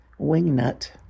wingnut